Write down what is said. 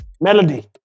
Melody